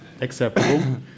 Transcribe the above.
Acceptable